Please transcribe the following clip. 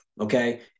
okay